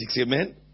Amen